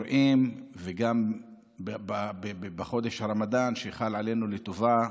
גם בחודש הרמדאן שבא עלינו לטובה